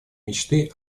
мечты